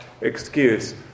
excuse